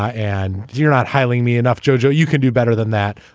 and you're not hailing me enough jo-jo you can do better than that.